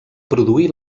produir